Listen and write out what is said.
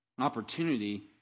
opportunity